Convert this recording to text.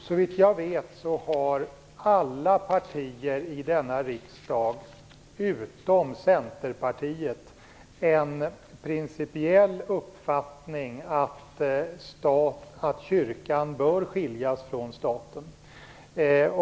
Såvitt jag vet har alla partier i denna riksdag, utom Centerpartiet, en principiell uppfattning om att kyrkan bör skiljas från staten.